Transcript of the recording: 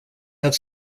have